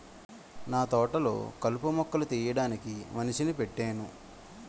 నాతోటలొ కలుపు మొక్కలు తీయడానికి మనిషిని పెట్టేను